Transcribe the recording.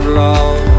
love